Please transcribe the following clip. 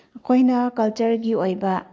ꯑꯩꯈꯣꯏꯅ ꯀꯜꯆꯔꯒꯤ ꯑꯣꯏꯕ